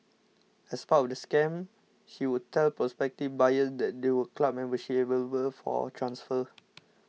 as part of the scam she would tell prospective buyers there they were club memberships available for transfer